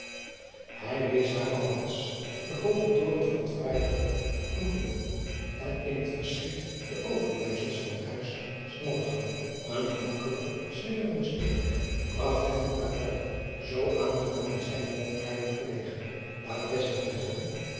ij wees haar welras den hoogen toren van het fraaije dorp loetingen en in het verschiet de overblijfsels van het huis mallegange en gemakkelijke slingerende steenweg bragt hen op apelle zoo aangenaam in zijne boomgaarden gelegen aar vestigde hij